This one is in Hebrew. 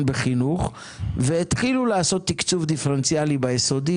בחינוך והתחילו לעשות תקצוב דיפרנציאלי ביסודי,